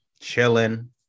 chilling